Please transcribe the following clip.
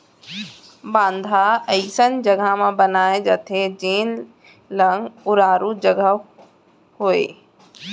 बांधा अइसन जघा म बनाए जाथे जेन लंग उरारू जघा होवय